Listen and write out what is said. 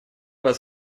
вас